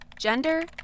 Gender